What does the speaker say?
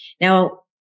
Now